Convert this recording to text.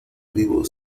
vivos